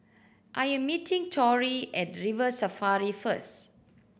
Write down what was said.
I am meeting Torrie at River Safari first